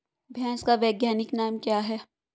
भैंस का वैज्ञानिक नाम क्या है?